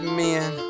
men